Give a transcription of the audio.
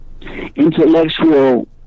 intellectual